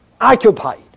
occupied